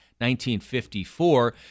1954